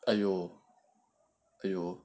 !aiyo! !aiyo!